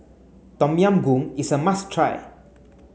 Tom Yam Goong is a must try